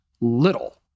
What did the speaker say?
little